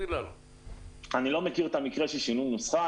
אני לא מכיר את הנושא של שינוי נוסחה,